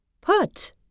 put